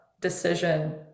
decision